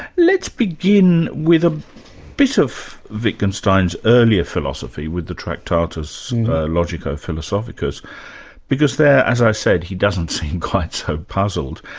let's begin with a bit of wittgenstein's earlier philosophy with the tractatus logico philosophicus because there as i said, he doesn't seem quite so puzzled.